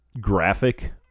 graphic